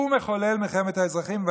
הוא מחולל מלחמת האזרחים.